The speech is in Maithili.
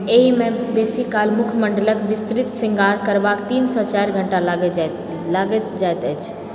एहिमे बेसीकाल मुखमण्डलके विस्तृत शृङ्गार करबामे तीनसँ चारि घण्टा लागि जाइत अछि